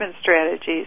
strategies